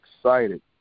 excited